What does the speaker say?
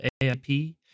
AIP